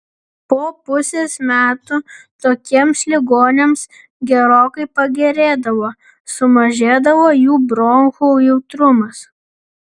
po pusės metų tokiems ligoniams gerokai pagerėdavo sumažėdavo jų bronchų jautrumas